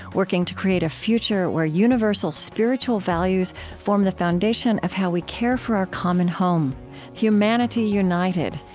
working to create a future where universal spiritual values form the foundation of how we care for our common home humanity united,